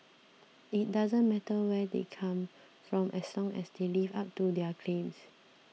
it doesn't matter where they come from as long as they live up to their claims